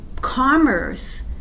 commerce